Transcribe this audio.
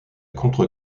contre